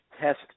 test